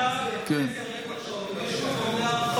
בתהליך החקיקה צריך לחשוב אם יש מקום להרחבה,